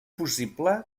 possible